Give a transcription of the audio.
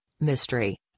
mystery